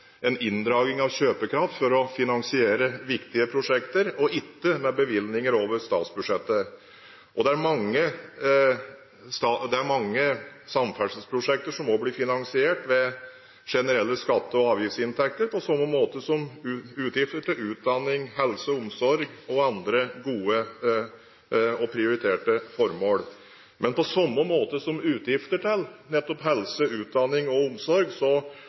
en inndragning av kjøpekraft for å finansiere viktige prosjekter og ikke med bevilgninger over statsbudsjettet. Det er mange samferdselsprosjekter som også blir finansiert ved generelle skatte- og avgiftsinntekter, på samme måte som utgifter til utdanning, helse og omsorg og andre gode og prioriterte formål. Men på samme måte som utgifter til nettopp utdanning, helse og omsorg